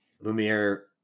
Lumiere